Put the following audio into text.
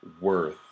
worth